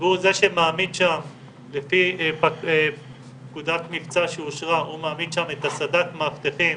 והוא זה שמעמיד שם לפי פקודת מבצע שאושרה את סד"כ מאבטחים,